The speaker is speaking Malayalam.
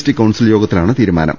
ടി കൌൺസിൽ യോഗത്തിലാണ് തീരുമാനം